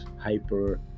hyper